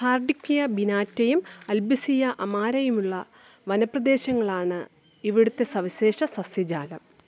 Hardwickia ബിനാറ്റയും അൽബിസിയ അമാരയുമുള്ള വനപ്രദേശങ്ങളാണ് ഇവിടുത്തെ സവിശേഷ സസ്യജാലം